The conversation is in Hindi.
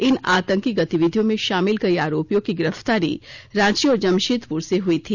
इन आतंकी गतिविधियों में शामिल कई आरोपियों की गिरफ्तारी रांची और जमशेदपुर से हुई थी